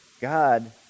God